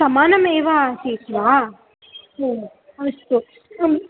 समानमेव आसीत् वा अस्तु